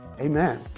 Amen